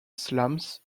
slams